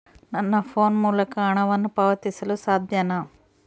ನನ್ನ ಫೋನ್ ಮೂಲಕ ಹಣವನ್ನು ಪಾವತಿಸಲು ಸಾಧ್ಯನಾ?